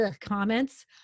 comments